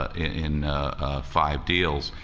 in five deals.